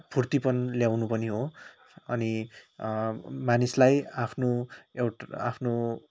फुर्तिपन ल्याउनु पनि हो अनि मानिसलाई आफ्नो एउटा आफ्नो